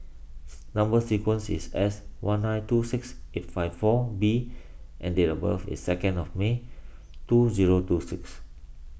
Number Sequence is S one nine two six eight five four B and date of birth is second of May two zero two six